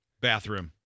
bathroom